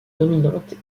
dominante